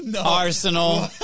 Arsenal